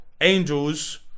Angels